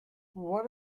what